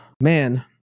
man